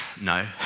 no